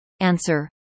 Answer